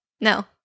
No